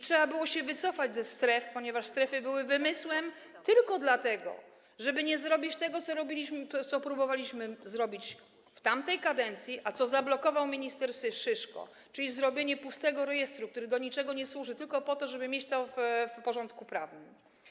Trzeba było się wycofać ze stref, ponieważ strefy były wymysłem, wymysłem tylko po to, żeby nie zrobić tego, co robiliśmy, co próbowaliśmy zrobić w tamtej kadencji, a co zablokował minister Szyszko - czyli stworzenie pustego rejestru, który do niczego nie służy, jest tylko po to, żeby mieć to w porządku prawnym.